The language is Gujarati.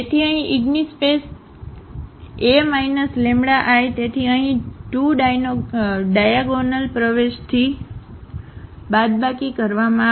તેથી અહીં ઇગિન્સસ્પેસ તેથી A λI તેથી અહીં 2 ડાયાગોનલપ્રવેશથી બાદબાકી કરવામાં આવશે